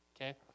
okay